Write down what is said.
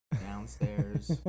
downstairs